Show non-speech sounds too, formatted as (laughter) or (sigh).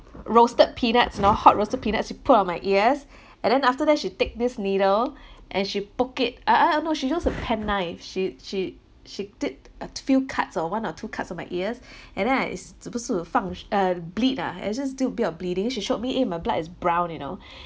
roasted peanuts you know hot roasted peanuts she put on my ears and then after that she take this needle and she poke it I I I'm not sure she use a penknife she she she did at few cuts or one or two cuts on my ears and then I 是不是放 uh bleed ah it just do bit of bleeding she showed me eh my blood is brown you know (breath)